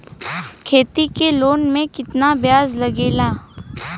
खेती के लोन में कितना ब्याज लगेला?